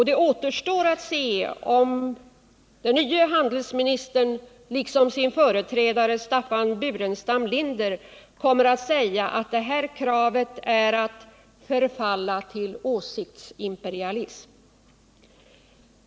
Det återstår att se, om den nya handelsministern liksom sin företrädare Staffan Burenstam Linder kommer att säga att detta krav är att ”förfalla till åsiktsimperialism”.